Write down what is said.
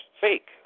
fake